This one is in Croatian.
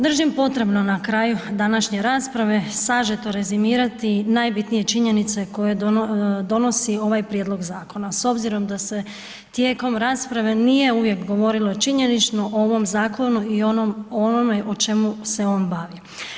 Držim potrebno na kraju današnje rasprave sažeto rezimirati najbitnije činjenice koje donosi ovaj Prijedlog zakona s obzirom da se tijekom rasprave nije uvijek govorilo činjenično o ovome zakonu i onome o čemu se on bavi.